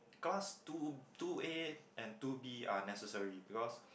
class two two A and two B are necessary because